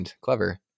Clever